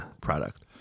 product